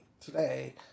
today